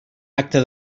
acte